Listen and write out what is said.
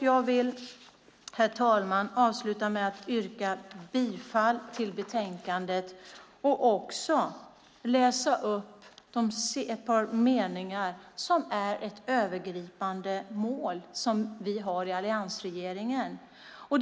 Jag vill, herr talman, avsluta med att yrka bifall till förslaget i betänkandet och också läsa upp ett par meningar från ett övergripande mål som alliansregeringen har.